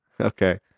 Okay